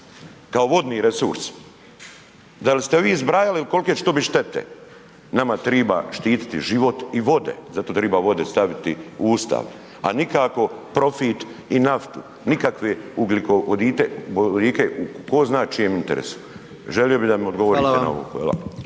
kao vodni resurs? Da li ste vi zbrajali kolike će tu biti štete? Nama treba štiti život i vode, zato treba vode staviti u Ustav a nikako profit i naftu, nikakve ugljikovodike u tko zna čijem interesu. Želio bih da mi odgovorite na ovo,